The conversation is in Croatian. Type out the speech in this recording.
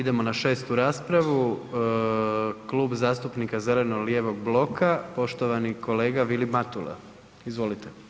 Idemo na 6. raspravu, Klub zastupnika zeleno-lijevog bloka, poštovani kolega Vilim Matula, izvolite.